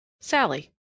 Sally